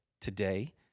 today